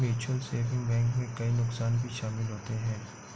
mutual saving bank में कई नुकसान भी शमिल होते है